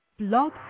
Blog